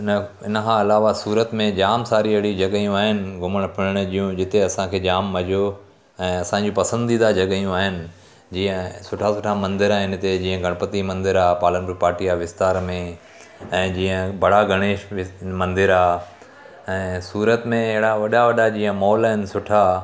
इन इन खां अलावा सूरत में जाम सारियूं अहिड़ियूं जॻहियूं आहिनि घुमण फिरण जूं जिते असांखे जाम मज़ो ऐं असांजी पसंदीदा जॻहियूं आहिनि जीअं सुठा सुठा मंदर आहिनि हिते जीअं गणपति मंदरु आहे पालन रुपाठी आहे विस्तार में ऐं जीअं बड़ा गणेश मंदरु आहे ऐं सूरत में अहिड़ा वॾा वॾा जीअं मॉल आहिनि सुठा